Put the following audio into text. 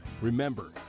Remember